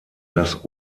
das